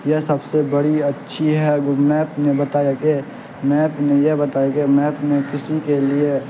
یہ سب سے بڑی اچھی ہے میپ نے بتایا کہ میپ نے یہ بتایا کہ میپ نے کسی کے لیے